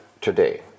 today